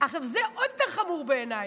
זה עוד יותר חמור בעיניי,